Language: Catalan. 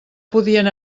podien